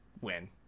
win